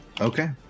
Okay